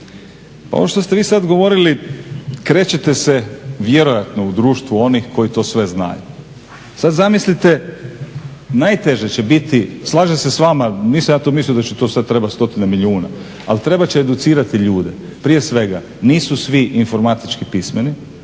ovo što ste vi sad govorili, krećete se vjerojatno u društvu onih koji to sve znaju. Sad zamislite najteže će biti, slažem se s vama, nisam ja tu mislio da će tu sad trebati stotine milijuna, ali trebat će educirati ljude. Prije svega nisu svi informatički pismeni,